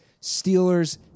Steelers